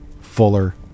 fuller